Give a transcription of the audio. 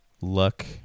luck